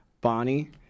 Bonnie